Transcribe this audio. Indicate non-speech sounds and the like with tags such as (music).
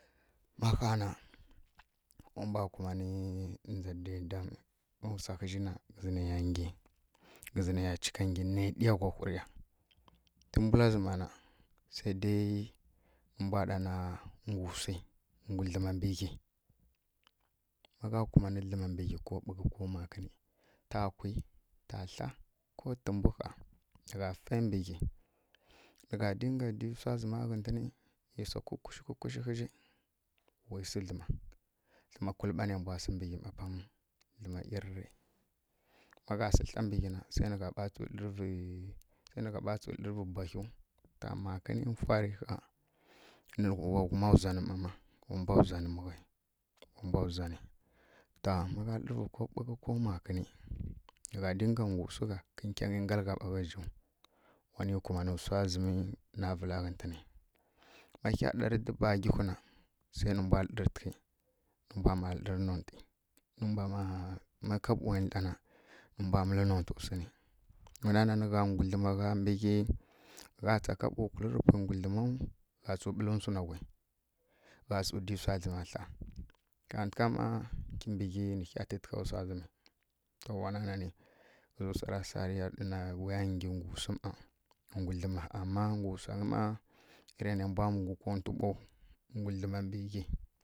Má ƙh na, wa mbwa kumanǝ ndza ndaindangǝ, ma swa ƙhǝi zhi na ghǝzǝ nai ya nggyi, ghǝzǝ nai ya cika nggyi mi (hesitation) kwa hurǝ ya, tǝmbula zǝ mma na sai dai nǝ mbwa ɗana nggu swi nggu dlǝma mbǝ ghyi. Má ghá kumanǝ dlǝma mbǝ ghyi ko ɓughǝ ko makǝnǝ. Ɓa kwi, ɓa thla ko tǝmbwi ƙha nǝ gha dinga dǝyi swa zǝma ghǝn swa kukushi-kukushi ƙhǝi zhi (hesitation) swu dlǝma, dlǝma kulǝ ɓa nai mbwa sǝ mbǝ ghyi pamǝw dlǝma irǝrǝ, ma gha sǝ thla mbǝ ghyi na sai nǝ gha ɓa tsǝw lǝrǝvǝ sai nǝ gha ɓa tsǝw lǝrǝvǝ bwahiw. Ta makǝnǝ, nfwarǝ ƙha (unintelligible) wa mbwa ndzwa nǝ mughai, wa mbwa ndzwa nǝ má gha lǝrǝ ko ɓughǝ ko makǝnǝ nǝ gha dinga nggu swu gha ƙhǝi nkyangǝ nggalǝ gha ɓaw kaijaw. Wanǝ kumanǝ swa zǝmǝ na vǝla ghǝtǝnǝ, ma hya ɗarǝ ɗǝɓa ggyihwi na sai nǝ mbwa lǝrǝntǝghǝ, nǝ mbwa ma lǝrǝ nontǝ, ma kaɓowai dla na nǝ mbwa mǝlǝ nontǝ swu nǝ. Wana nanǝ nǝ gha nggu dlǝma gha mbǝ ghyi, gha tsa kaɓo kulǝw nǝ gha tsǝw ɓǝlǝ swunaghwi. Gha tsǝw dǝyi swa zǝma thla, kantǝgha mma kimbǝ ghyi nǝ hya tǝtǝha swa zǝmǝ. To wana nanǝ ghǝzǝ swara sa rǝya ɗana, wa ya nggu swu mma nggu dlǝma. Ama nggu swangǝ mma irai nai mbwa mǝlǝ ko ntu ɓaw, nggu dlǝma mbǝ ghyi.